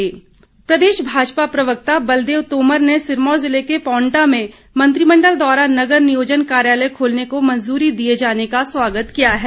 बलदेव तोमर प्रदेश भाजपा प्रवक्ता बलदेव तोमर ने सिरमौर ज़िले के पांवटा में मंत्रिमंडल द्वारा नगर नियोजन कार्यालय खोलने को मंजूरी दिए जाने का स्वागत किया है